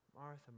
Martha